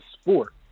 sport